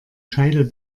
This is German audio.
scheitel